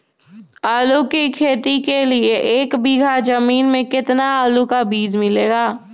आलू की खेती के लिए एक बीघा जमीन में कितना आलू का बीज लगेगा?